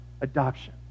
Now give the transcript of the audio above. Adoption